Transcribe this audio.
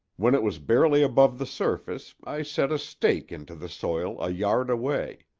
when it was barely above the surface i set a stake into the soil a yard away.